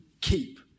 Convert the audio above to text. keep